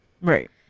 Right